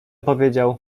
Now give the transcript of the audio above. powiedział